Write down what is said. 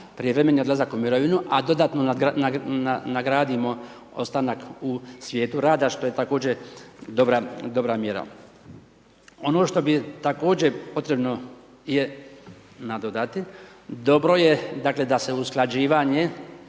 prijevremeni odlazak u mirovinu a dodatno nagradimo u svijetu rada, što je također dobra mjera. Ono što bi također potrebno je nadodati, dobro je da se usklađivanje